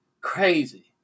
Crazy